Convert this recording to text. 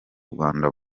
rwanda